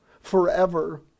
forever